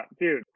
dude